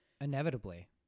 inevitably